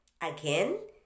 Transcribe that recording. Again